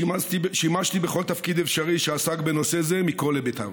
שימשתי בכל תפקיד אפשרי שעסק בנושא זה מכל היבטיו.